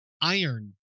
iron